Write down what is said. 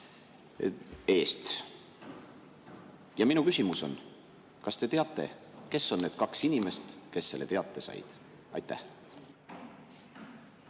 eest. Ja minu küsimus on: kas te teate, kes on need kaks inimest, kes selle teate said? Aitäh,